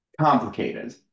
Complicated